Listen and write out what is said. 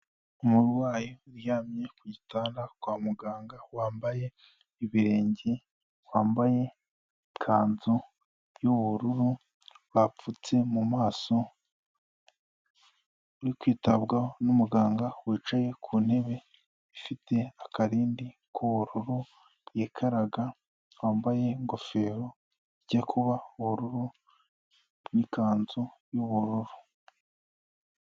Umurwayi uryamye ku gitanda kwa muganga wambaye ibirenge wambaye ikanzu y'ubururu bapfutse mu maso uri kwitabwaho n'umuganga wicaye ku ntebe ifite akarindi k'ubururu yikaraga wambaye ingofero ijya kuba ubururu n’ikanzu y'ubururu.